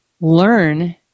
learn